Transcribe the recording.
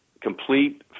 complete